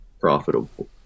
profitable